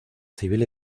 civil